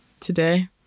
today